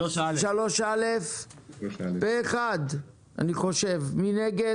מי נגד?